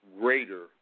greater